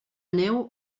neu